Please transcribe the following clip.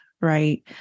right